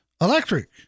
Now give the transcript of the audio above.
electric